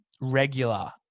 regular